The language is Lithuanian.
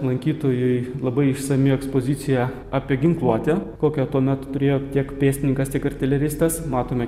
lankytojui labai išsami ekspozicija apie ginkluotę kokią tuomet turėjo tiek pėstininkas tiek artileristas matome